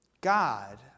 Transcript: God